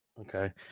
Okay